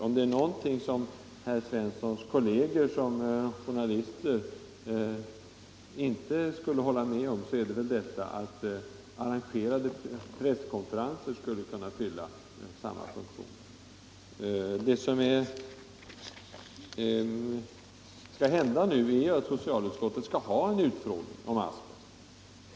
Om det är någonting som herr Svenssons journalistkolleger inte skulle hålla med om vore det väl att arrangerade presskonferenser skulle kunna fylla samma funktion. Det som nu händer är att socialutskottet skall ha en utfrågning om asbest.